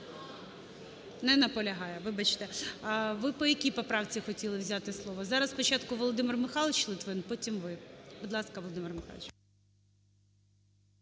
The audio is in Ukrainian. Не наполягає, вибачте. Ви по якій поправці хотіли взяти слово? Зараз спочатку Володимир Михайлович Литвин, потім ви. Будь ласка, Володимире Михайловичу.